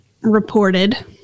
reported